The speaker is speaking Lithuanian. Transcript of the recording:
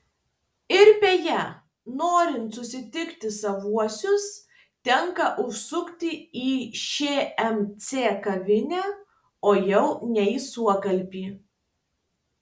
ir beje norint susitikti savuosius tenka užsukti į šmc kavinę o jau ne į suokalbį